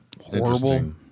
Horrible